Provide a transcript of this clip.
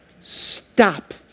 Stop